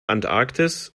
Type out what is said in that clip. antarktis